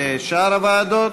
ושאר הוועדות.